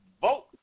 vote